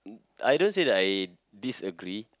I don't say that I disagree